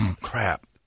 Crap